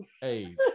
Hey